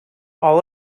all